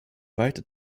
weite